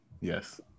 Yes